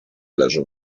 leżą